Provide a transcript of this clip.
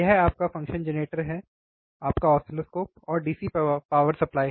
यह आपका function generator है आपका ऑसिलोस्कोप और DC पावर सप्लाई